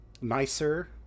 nicer